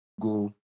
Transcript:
go